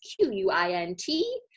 Q-U-I-N-T